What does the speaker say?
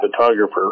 photographer